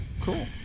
cool